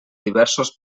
diversos